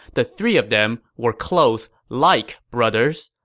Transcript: the three of them were close like brothers.